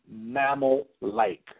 mammal-like